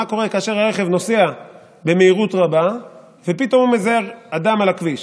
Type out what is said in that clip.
מה קורה כאשר הרכב נוסע במהירות רבה ופתאום הוא מזהה אדם על הכביש